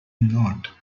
not